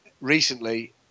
recently